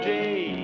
day